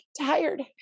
tired